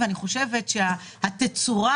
בצד אחד